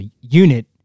unit